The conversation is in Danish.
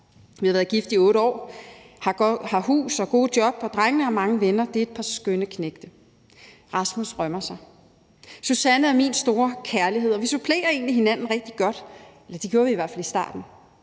Vi har været gift i 8 år, har hus og gode job, og drengene har mange venner. Det er et par skønne knægte. Rasmus rømmer sig. Susanne er min store kærlighed, og vi supplerer egentlig hinanden rigtig godt – det gjorde vi i hvert fald i starten.